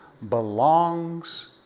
Belongs